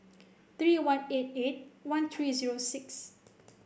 three one eight eight one three zero six